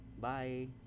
bye